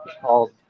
called